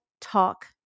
talk